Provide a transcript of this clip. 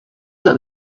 that